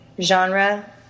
genre